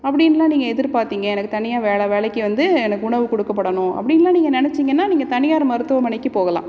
அப்படின்லாம் நீங்கள் எதிர்பார்த்திங்க எனக்கு தனியாக வேலை வேலைக்கு வந்து எனக்கு உணவு கொடுக்கபடணும் அப்படின்லாம் நீங்கள் நினச்சிங்கன்னா நீங்கள் தனியார் மருத்துவமனைக்கு போகலாம்